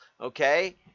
Okay